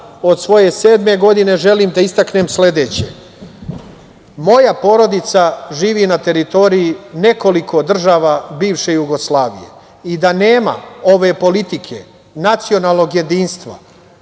od svoje sedme godine, želim da istaknem sledeće. Moja porodica živi na teritoriji nekoliko država bivše Jugoslavije i da nema ove politike nacionalnog jedinstva,